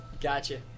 Gotcha